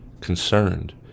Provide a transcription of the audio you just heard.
concerned